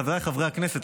חבריי חברי הכנסת,